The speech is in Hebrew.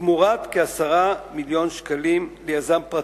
תמורת כ-10 מיליון שקלים ליזם פרטי,